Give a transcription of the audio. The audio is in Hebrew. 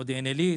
מודיעין עילית,